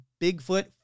Bigfoot